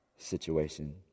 Situation